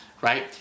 right